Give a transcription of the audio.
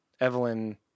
Evelyn